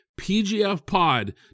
PGFPOD